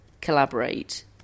collaborate